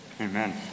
Amen